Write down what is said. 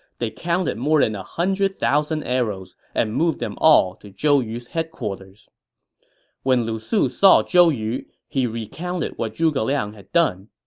they counted more than one hundred thousand arrows and moved them all to zhou yu's headquarters when lu su saw zhou yu, he recounted what zhuge liang had done,